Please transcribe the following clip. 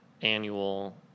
annual